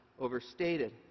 Overstated